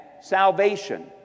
salvation